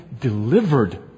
delivered